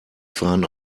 fahnen